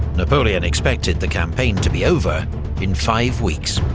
napoleon expected the campaign to be over in five weeks.